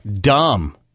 Dumb